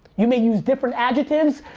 you may use different adjectives,